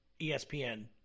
ESPN